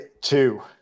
two